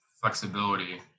flexibility